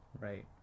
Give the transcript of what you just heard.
Right